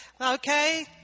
Okay